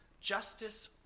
Justice